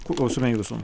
klausome jūsų